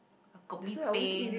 Kopi peng